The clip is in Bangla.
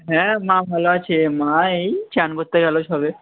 হ্যাঁ মা ভালো আছে মা এই স্নান করতে গেলো সবে